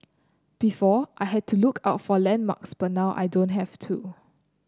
before I had to look out for landmarks but now I don't have to